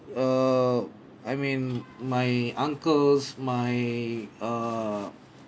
err I mean my uncles my err